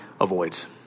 avoids